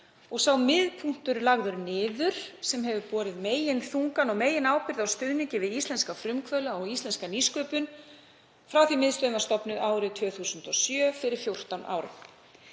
og sá miðpunktur lagður niður sem borið hefur meginþungann og meginábyrgðina á stuðningi við íslenska frumkvöðla og íslenska nýsköpun frá því að miðstöðin var stofnuð árið 2007, fyrir 14 árum.